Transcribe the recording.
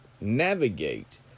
navigate